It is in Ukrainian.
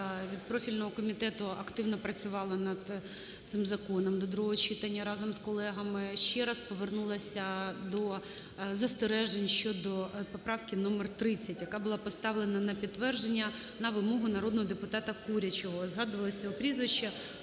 від профільного комітету активно працювала над цим законом до другого читання разом з колегами, ще раз повернулася до застережень щодо поправки номер 30, яка була поставлена на підтвердження на вимогу народного депутата Курячого. Згадувалося його прізвище.